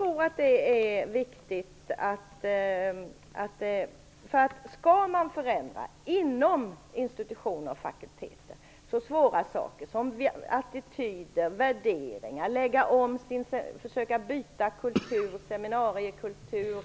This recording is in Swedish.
Om man skall förändra inom institutioner och fakulteter så svåra saker som attityder, värderingar, byte av seminariekultur